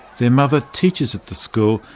their mother teaches at the school,